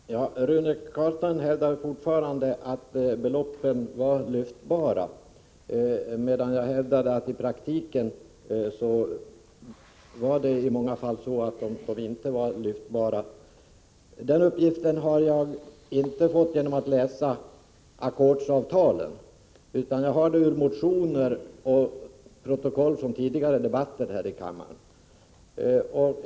Herr talman! Rune Carlstein hävdar fortfarande att beloppen var lyftbara, medan jag hävdar att de i praktiken många gånger inte var det. Den uppgiften har jag inte fått genom att läsa ackordsavtalen, utan jag har hämtat den från motioner och ifrån protokoll över tidigare debatter här i kammaren.